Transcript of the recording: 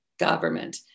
government